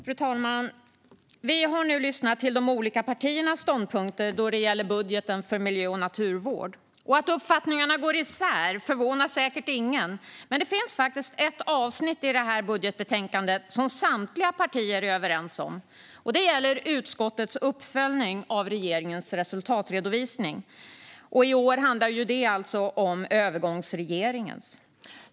Fru talman! Vi har nu lyssnat till de olika partiernas ståndpunkter när det gäller budgeten för miljö och naturvård. Att uppfattningarna går isär förvånar säkert ingen, men det finns faktiskt ett avsnitt i budgetbetänkandet som samtliga partier är överens om. Det gäller utskottets uppföljning av regeringens resultatredovisning. I år handlar det alltså om övergångsregeringens redovisning.